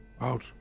out